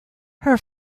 her